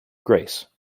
grace